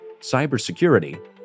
cybersecurity